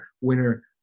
winner